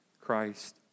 Christ